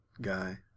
guy